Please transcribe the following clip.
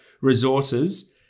resources